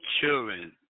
children